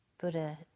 Buddha